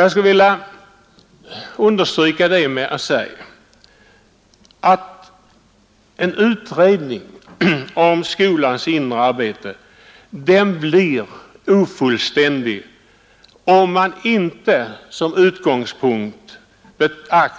Jag skulle vilja understryka det med att anföra att en utredning om skolans inre arbete blir ofullständig om man inte